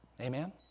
Amen